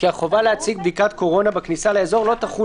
כי החובה להציג בדיקת קורונה בכניסה לאזור לא תחול